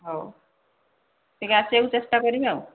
ହେଉ ଟିକେ ଆସିବାକୁ ଚେଷ୍ଟା କରିବେ ଆଉ